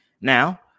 Now